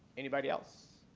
anybody else?